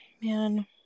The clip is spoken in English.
Man